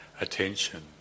attention